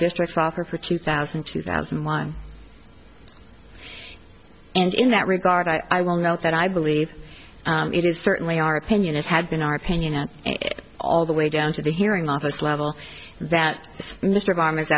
districts offer for two thousand two thousand and one and in that regard i will note that i believe it is certainly our opinion it had been our opinion at all the way down to the hearing office level that mr obama is